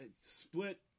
split